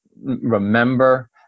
remember